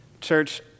Church